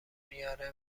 میاره